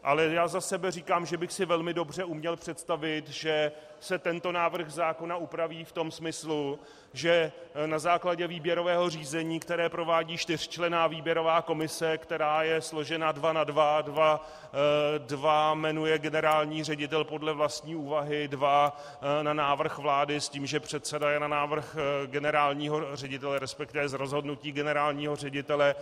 Ale já za sebe říkám, že bych si velmi dobře uměl představit, že se tento návrh zákona upraví v tom smyslu, že na základě výběrového řízení, které provádí čtyřčlenná výběrová komise, která je složena dva na dva, dva jmenuje generální ředitel podle vlastní úvahy, dva na návrh vlády s tím, že předseda je na návrh generálního ředitele, respektive z rozhodnutí generálního ředitele.